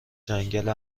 جنگل